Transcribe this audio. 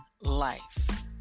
Life